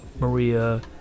Maria